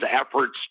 efforts